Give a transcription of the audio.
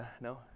no